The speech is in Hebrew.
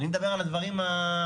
אני מדבר על הדברים הקטנים.